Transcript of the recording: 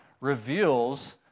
reveals